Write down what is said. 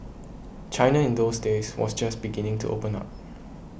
China in those days was just beginning to open up